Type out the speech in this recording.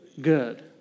good